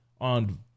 on